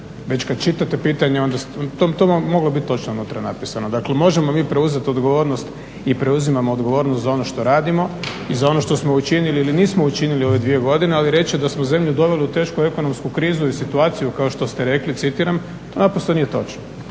Već kad čitate pitanje onda to vam je moglo točno biti unutra napisano. Dakle, možemo mi preuzeti odgovornost i preuzimamo odgovornost za ono što radimo i za ono što smo učinili ili nismo učinili u ove dvije godine ali reći da smo zemlju doveli u tešku ekonomsku krizu i situaciju kao što ste rekli, citiram, to naprosto nije točno.